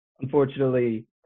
unfortunately